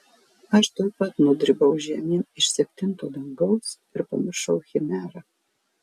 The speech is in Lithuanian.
aš tuoj pat nudribau žemyn iš septinto dangaus ir pamiršau chimerą